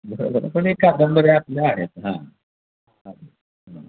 बरोबर आहे पण हे कादंबऱ्या आपल्या आहेत हां